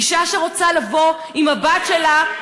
אישה שרוצה לבוא עם הבת שלה,